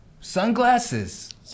sunglasses